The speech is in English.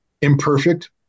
Imperfect